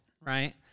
right